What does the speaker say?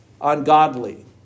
ungodly